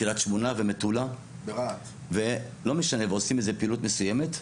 קריית שמונה ומטולה ועושים איזה פעילות מסוימת ומבקשים,